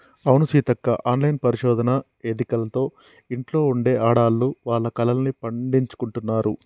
అవును సీతక్క ఆన్లైన్ పరిశోధన ఎదికలతో ఇంట్లో ఉండే ఆడవాళ్లు వాళ్ల కలల్ని పండించుకుంటున్నారు